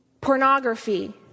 Pornography